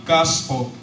Gospel